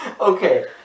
Okay